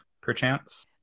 perchance